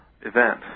event